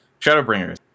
Shadowbringers